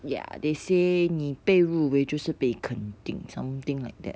ya they say 你被入围就是被肯定 something like that